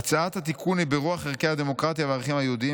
"הצעת התיקון היא ברוח ערכי הדמוקרטיה והערכים היהודיים,